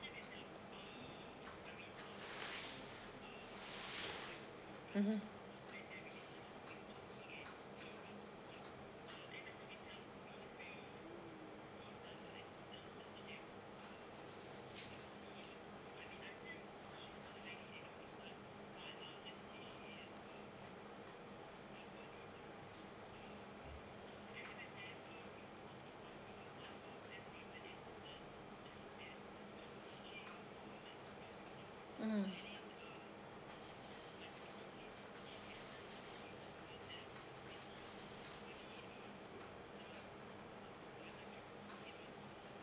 mmhmm mmhmm